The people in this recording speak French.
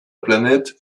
planète